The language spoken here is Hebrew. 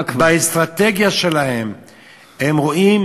באסטרטגיה שלהם הם רואים